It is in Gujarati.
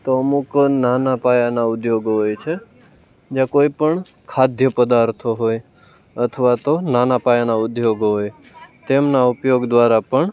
તો અમુક નાના પાયાના ઉધોગો હોય છે જ્યાં કોઈપણ ખાદ્ય પદાર્થો હોય અથવા તો નાના પાયાના ઉદ્યોગો હોય તેમના ઉપયોગ દ્વારા પણ